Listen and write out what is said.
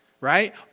right